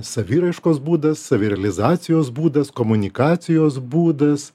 saviraiškos būdas savirealizacijos būdas komunikacijos būdas